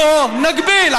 בואו נגביל.